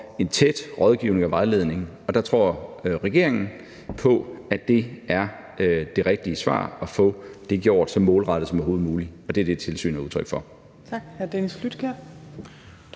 en tæt rådgivning og vejledning. Der tror regeringen på, at det er det rigtige svar at få det gjort så målrettet som overhovedet muligt. Og det er det, tilsynet er udtryk for.